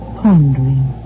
pondering